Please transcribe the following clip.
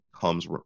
comes